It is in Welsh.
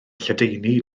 lledaenu